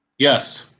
yes,